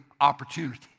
opportunity